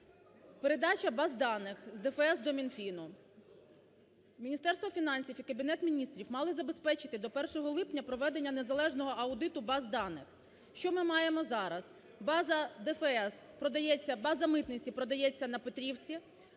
Передача баз даних з ДФС до Мінфіну. Міністерство фінансів і Кабінет Міністрів мали забезпечити до 1 липня проведення незалежного аудиту баз даних. Що ми маємо зараз? База ДФС продається, база митниці